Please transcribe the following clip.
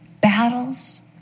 battles